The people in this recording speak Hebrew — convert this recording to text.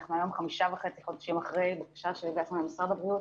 אנחנו היום חמישה וחצי חודשים אחרי הבקשה שהגשנו למשרד הבריאות.